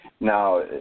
Now